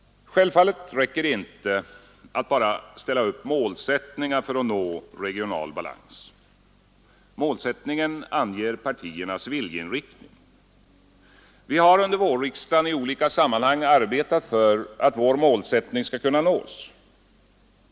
Självfallet räcker det inte att bara ställa upp målsättningar för att nå regional balans. Målsättningen anger partiernas viljeinriktning. Vi har under vårriksdagen i olika sammanhang arbetat för att vår målsättning skall kunna nås.